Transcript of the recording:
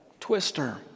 Twister